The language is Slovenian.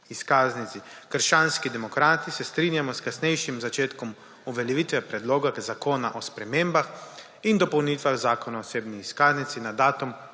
izkaznici. Krščanski demokrati se strinjamo s kasnejšim začetkom uveljavitve P0redloga zakona o spremembah in dopolnitvah Zakona o osebni izkaznici na datum